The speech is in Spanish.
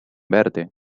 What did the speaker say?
verte